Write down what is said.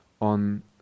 on